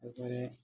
അതുപോലെ